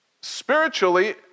spiritually